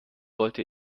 wollte